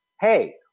hey